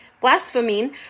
blaspheming